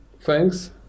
thanks